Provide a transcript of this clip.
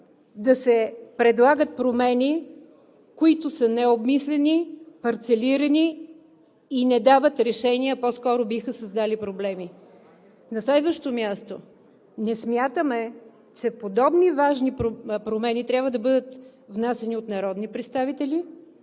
да се предлагат промени, които са необмислени, парцелирани и не дават решение, а по-скоро биха създали проблеми. На следващо място, не смятаме, че подобни важни промени трябва да бъдат внасяни от народни представители,